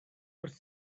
wrth